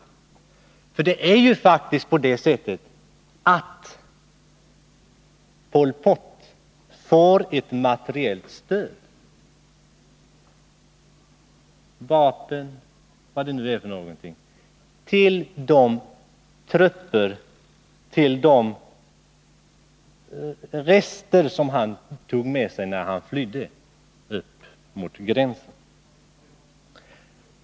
För det är faktiskt på det sättet att Pol Pot får materiellt stöd — vapen, eller vad det nu är för någonting — till de rester av trupper han tog med sig när han flydde upp mot gränsen.